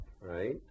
right